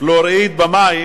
פלואוריד במים